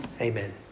Amen